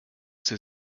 sie